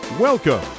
Welcome